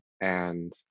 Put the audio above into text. And-